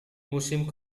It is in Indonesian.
musim